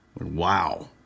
Wow